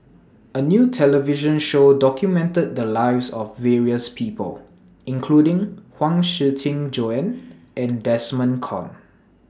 A New television Show documented The Lives of various People including Huang Shiqi Joan and Desmond Kon